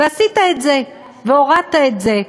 ועשית את זה, והורדת את זה.